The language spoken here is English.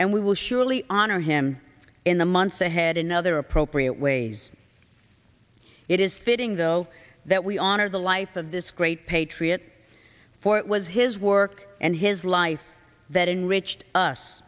and we will surely honor him in the months ahead another appropriate ways it is fitting though that we honor the life of this great patriot for it was his work and his life that enriched us